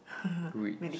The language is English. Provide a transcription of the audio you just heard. rich